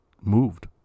moved